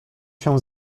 się